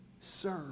serve